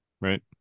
right